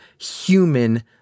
human